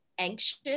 anxious